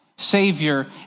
Savior